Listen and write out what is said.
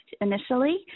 initially